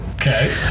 Okay